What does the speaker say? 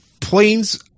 planes